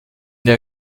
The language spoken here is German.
der